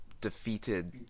defeated